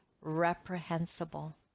reprehensible